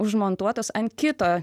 užmontuotas ant kito